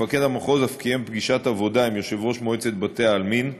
מפקד המחוז אף קיים פגישת עבודה עם יושב-ראש מועצת בתי-העלמין תל-רגב,